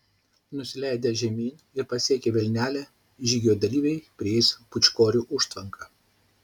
nusileidę žemyn ir pasiekę vilnelę žygio dalyviai prieis pūčkorių užtvanką